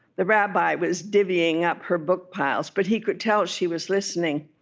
the rabbi was divvying up her book piles, but he could tell she was listening.